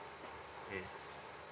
mm